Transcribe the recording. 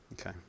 Okay